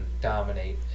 dominate